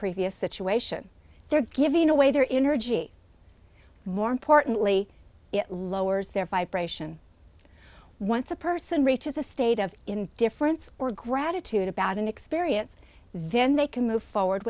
previous situation their giving away their inner g more importantly it lowers their vibration once a person reaches a state of indifference or gratitude about an experience then they can move forward